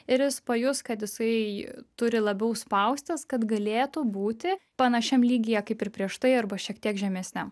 ir jis pajus kad jisai turi labiau spaustis kad galėtų būti panašiam lygyje kaip ir prieš tai arba šiek tiek žemesniam